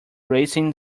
racing